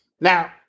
Now